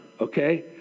okay